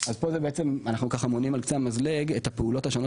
אנחנו מונים על קצה המזלג את הפעולות השונות